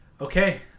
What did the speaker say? Okay